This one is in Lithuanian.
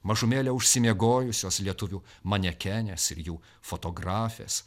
mažumėlę užsimiegojusius lietuvių manekenės ir jų fotografės